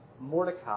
Mordecai